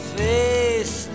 face